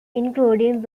including